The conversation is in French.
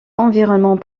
environnement